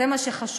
זה מה שחשוב.